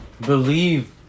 Believe